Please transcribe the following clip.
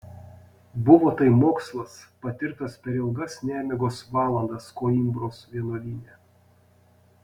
buvo tai mokslas patirtas per ilgas nemigos valandas koimbros vienuolyne